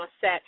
set